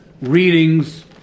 readings